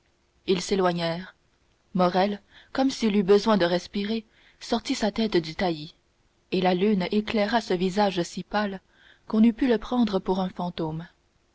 ils s'éloignèrent morrel comme s'il eût besoin de respirer sortit sa tête du taillis et la lune éclaira ce visage si pâle qu'on eût pu le prendre pour un fantôme